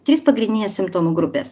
trys pagrindinės simptomų grupės